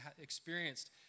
experienced